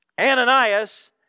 Ananias